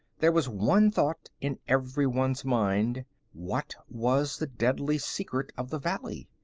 there was one thought in everyone's mind what was the deadly secret of the valley?